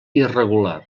irregular